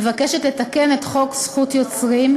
מבקשת לתקן את חוק זכות יוצרים,